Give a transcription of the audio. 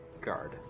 guard